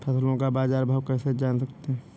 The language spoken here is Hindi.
फसलों का बाज़ार भाव कैसे जान सकते हैं?